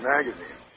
Magazine